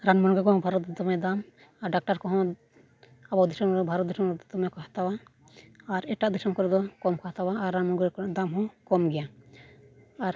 ᱨᱟᱱ ᱢᱩᱨᱜᱟᱹᱱ ᱠᱚᱦᱚᱸ ᱵᱷᱟᱨᱚᱛ ᱨᱮᱫᱚ ᱫᱚᱢᱮ ᱫᱟᱢ ᱟᱨ ᱰᱟᱠᱛᱟᱨ ᱠᱚᱦᱚᱸ ᱟᱵᱚ ᱫᱤᱥᱚᱢ ᱨᱮ ᱵᱷᱟᱨᱚᱛ ᱫᱤᱥᱚᱢ ᱨᱮᱫᱚ ᱫᱚᱢᱮ ᱠᱚ ᱦᱟᱛᱟᱣᱟ ᱟᱨ ᱮᱴᱟᱜ ᱫᱤᱥᱚᱢ ᱠᱚᱨᱮ ᱫᱚ ᱠᱚᱢ ᱠᱚ ᱦᱟᱛᱟᱣᱟ ᱟᱨ ᱨᱟᱱ ᱢᱩᱨᱜᱟᱹᱱ ᱠᱚᱨᱮᱱᱟᱜ ᱫᱟᱢ ᱦᱚᱸ ᱠᱚᱢ ᱜᱮᱭᱟ ᱟᱨ